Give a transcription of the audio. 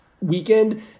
weekend